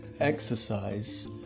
exercise